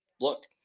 look